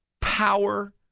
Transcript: power